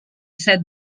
set